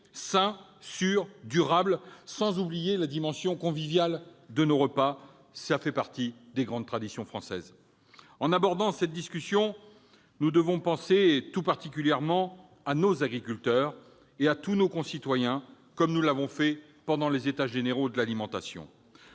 sain, sûr, durable, sans oublier la dimension conviviale de nos repas, qui fait partie des grandes traditions françaises. En abordant cette discussion, nous devons penser tout particulièrement aux agriculteurs et à tous nos concitoyens, comme nous l'avons fait pendant les États généraux de l'alimentation.